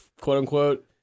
quote-unquote